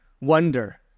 Wonder